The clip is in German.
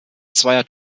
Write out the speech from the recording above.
zweier